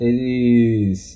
Eles